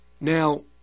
now